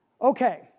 Okay